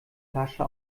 flasche